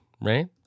right